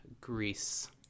Greece